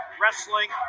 wrestling